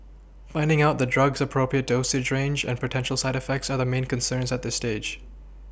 finding out the drug's appropriate dosage range and potential side effects are main concerns at this stage